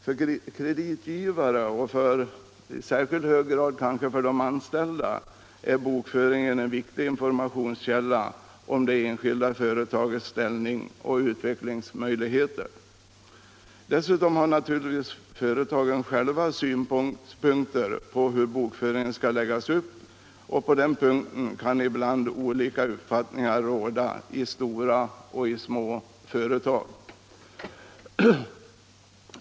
För kreditgivare och i särskilt hög grad kanske för de anställda är bokföringen en viktig källa för information om det enskilda företagets ställning och utvecklingsmöjligheter. Dessutom har naturligtvis företagen själva synpunkter på hur bokföringen skall läggas upp. På den punkten kan ibland olika uppfattningar råda i stora och i små företag.